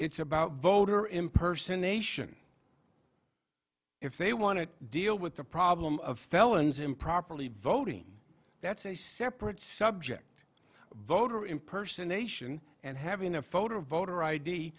it's about voter impersonate if they want to deal with the problem of felons improperly voting that's a separate subject voter in person ation and having a photo of voter i